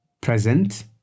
Present